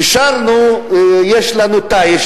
שרנו "יש לנו תיש,